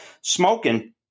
Smoking